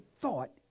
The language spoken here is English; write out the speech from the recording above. thought